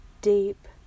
deep